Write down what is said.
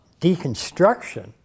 deconstruction